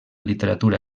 literatura